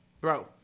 Bro